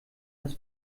das